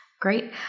Great